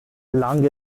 lang